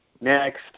Next